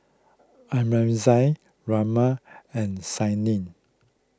Aurangzeb Raman and Saina